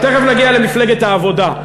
תכף נגיע למפלגת העבודה.